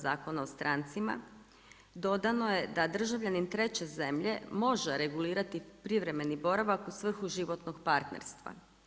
Zakona o strancima, dodano je da državljanin treće zemlje može regulirati privremeni boravak u svrhu životnog partnerstva.